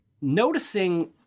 noticing